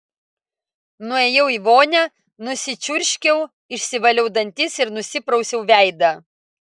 nuėjau į vonią nusičiurškiau išsivaliau dantis ir nusiprausiau veidą